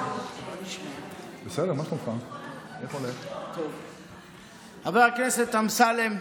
חבר הכנסת אמסלם,